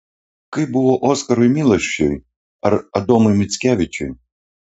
kaip buvo oskarui milašiui ar adomui mickevičiui